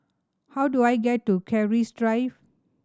how do I get to Keris Drive